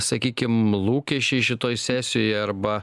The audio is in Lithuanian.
sakykim lūkesčiai šitoj sesijoj arba